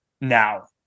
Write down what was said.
now